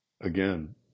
Again